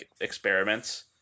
experiments